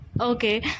Okay